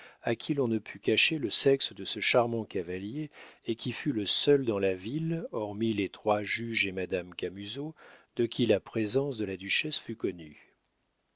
à qui l'on ne put cacher le sexe de ce charmant cavalier et qui fut le seul dans la ville hormis les trois juges et madame camusot de qui la présence de la duchesse fut connue